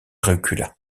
recula